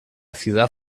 ciudad